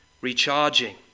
recharging